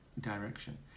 direction